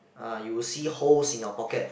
uh you'll see holes in your pocket